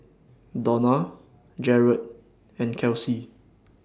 Dona Jaret and Kelsi